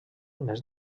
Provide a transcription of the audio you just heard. més